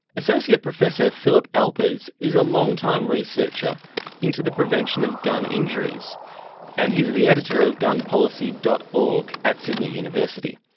associate professor philip alpers is a long time researcher into the prevention of gun injuries and he's the editor of gunpolicy. org, at sydney university.